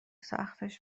سختش